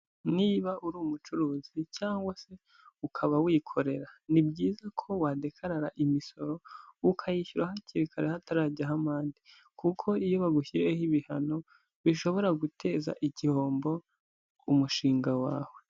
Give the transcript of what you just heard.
Niba uri umucuruzi cyangwa se ukaba wikorera. Ni byiza ko wadekarara imisoro ukayishyura hakiri kare hatarajyaho amande, kuko iyo bagushyiriyeho ibihano bishobora guteza igihombo umushinga wawe.